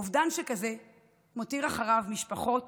אובדן שכזה מותיר אחריו משפחות